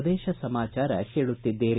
ಪ್ರದೇಶ ಸಮಾಚಾರ ಕೇಳುತ್ತಿದ್ದೀರಿ